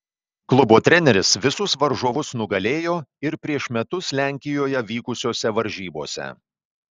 klubo treneris visus varžovus nugalėjo ir prieš metus lenkijoje vykusiose varžybose